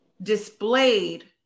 displayed